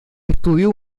estudió